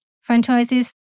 Franchises